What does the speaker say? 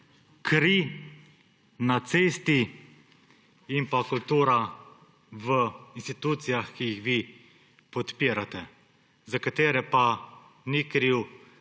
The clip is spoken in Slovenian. Kri na cesti in kultura v institucijah, ki jih vi podpirate, za katere pa ni kriv